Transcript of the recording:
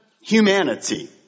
humanity